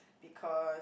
because